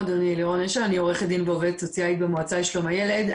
אני עורכת דין ועובדת סוציאלית במועצה לשלום הילד.